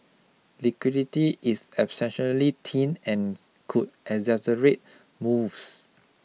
liquidity is exceptionally thin and could exaggerate moves